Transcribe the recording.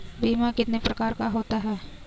बीमा कितने प्रकार का होता है?